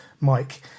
Mike